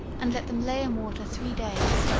and let them lay in water three days,